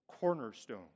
cornerstone